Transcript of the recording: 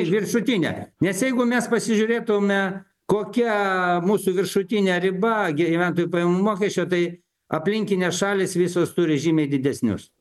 viršutinė nes jeigu mes pasižiūrėtume kokia mūsų viršutinė riba gyventojų pajamų mokesčio tai aplinkinės šalys visos turi žymiai didesnius